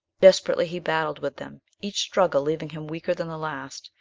desperately he battled with them, each struggle leaving him weaker than the last,